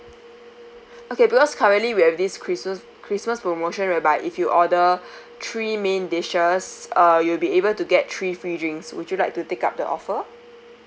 okay because currently we have this christmas christmas promotion whereby if you order three main dishes uh you'll be able to get three free drinks would you like to take up the offer